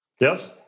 Yes